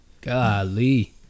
Golly